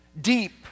deep